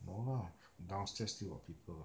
no lah downstairs still got people [what]